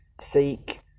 seek